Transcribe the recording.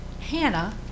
Hannah